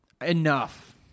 enough